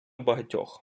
багатьох